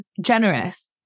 generous